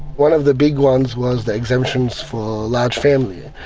one of the big ones was the exemptions for a large family,